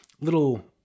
little